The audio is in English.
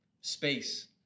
space